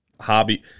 hobby